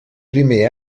primer